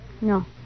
No